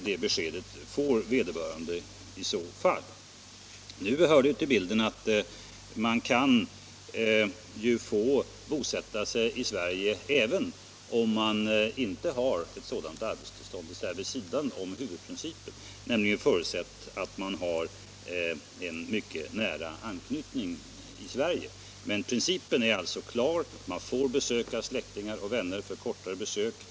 Det hör också till bilden att man kan få bosätta sig i Sverige, även om man inte har ett sådant arbetstillstånd, dvs. vid sidan av huvudprincipen. Men det förutsätts då att man har en mycket nära anknytning till Sverige. Principen är alltså klar: Man får besöka släktingar och vänner för kortare vistelser här.